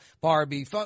Barbie